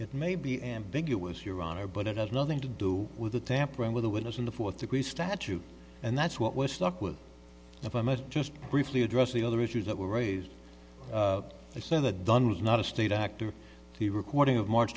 it may be ambiguous your honor but it has nothing to do with the tampering with a witness in the fourth degree statute and that's what we're stuck with if i met just briefly address the other issues that were raised they said that dunn was not a state actor the recording of march